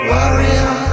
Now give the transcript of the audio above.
Warrior